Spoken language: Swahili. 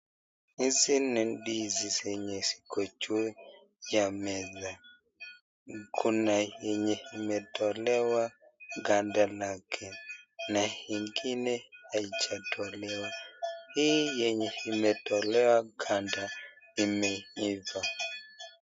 Hizi ni ndizi zenye ziko juu ya meza kuna yenye imetolewa kando yake na ingine haijatolewa, hii yenye imetolewa kando imeiva.